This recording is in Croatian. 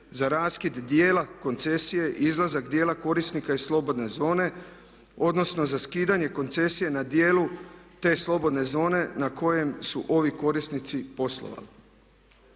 za raskid dijela koncesije i izlazak dijela korisnika iz slobodne zone odnosno za skidanje koncesije na dijelu te slobodne zone na kojem su ovi korisnici poslovali.